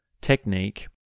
technique